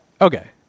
Okay